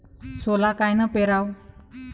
सोला कायनं पेराव?